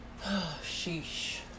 Sheesh